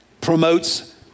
promotes